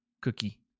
cookie